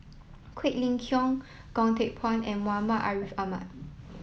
Quek Ling Kiong Goh Teck Phuan and Muhammad Ariff Ahmad